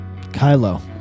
Kylo